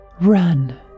Run